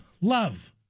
love